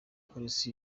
polisi